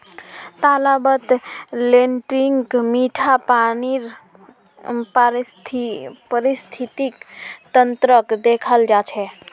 तालाबत लेन्टीक मीठा पानीर पारिस्थितिक तंत्रक देखाल जा छे